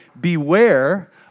beware